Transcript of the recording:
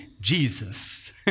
Jesus